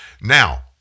Now